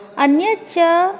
अन्यच्च